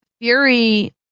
Fury